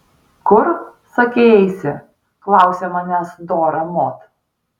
kur sakei eisi klausia manęs dora mod